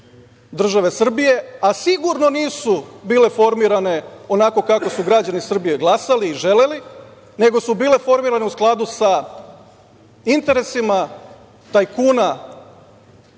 države Srbije, a sigurno nisu bile formirane onako kako su građani Srbije glasali i želeli, nego su bile formirane u skladu sa interesima tajkuna